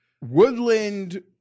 Woodland